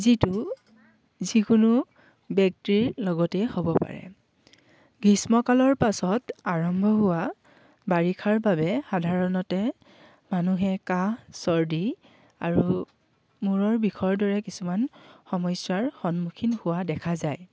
যিটো যিকোনো ব্যক্তিৰ লগতে হ'ব পাৰে গ্ৰীষ্মকালৰ পাছত আৰম্ভ হোৱা বাৰিষাৰ বাবে সাধাৰণতে মানুহে কাঁহ চৰ্দি আৰু মূৰৰ বিষৰ দৰে কিছুমান সমস্যাৰ সন্মুখীন হোৱা দেখা যায়